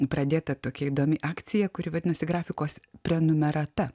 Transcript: pradėta tokia įdomi akcija kuri vadinosi grafikos prenumerata